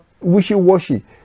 wishy-washy